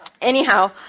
anyhow